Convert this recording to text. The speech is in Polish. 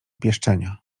pieszczenia